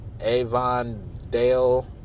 Avondale